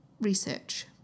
research